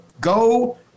go